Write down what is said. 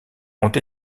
ont